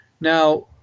Now